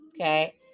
okay